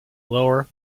lower